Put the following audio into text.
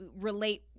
relate